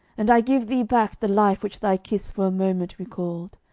and i give thee back the life which thy kiss for a moment recalled.